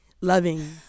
loving